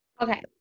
okay